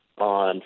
on